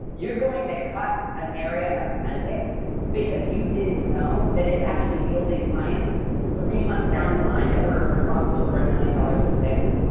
you're going to cut an area of spending because you didn't know that it's actually yielding clients three months down the line that we're responsible for a million dollars in sales,